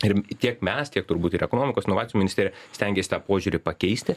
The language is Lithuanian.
ir tiek mes tiek turbūt ir ekonomikos inovacijų ministerija stengėsi tą požiūrį pakeisti